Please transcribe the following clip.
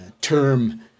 term